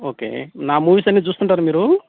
okay నా movies అన్నీ చూస్తుంటారా మీరు